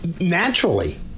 Naturally